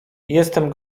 jestem